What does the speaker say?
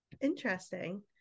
Interesting